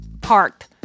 parked